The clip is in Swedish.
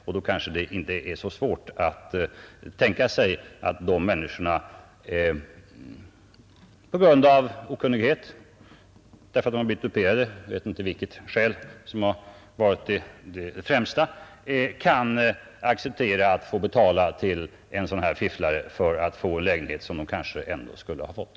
Under sådana förhållanden kan man tänka sig att människor — på grund av okunnighet eller därför att de blivit duperade; jag vet inte vilket skäl som är det främsta — kan gå med på att betala till en sådan här fifflare för att få en lägenhet, som de kanske ändå skulle ha fått.